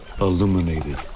illuminated